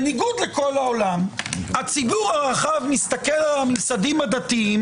בניגוד לכל העולם הציבור הרחב מסתכל על הממסדים הדתיים